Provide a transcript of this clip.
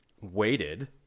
waited